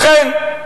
לכן,